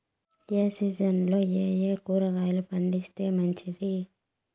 ఏ సీజన్లలో ఏయే కూరగాయలు పండిస్తే మంచిది